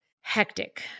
hectic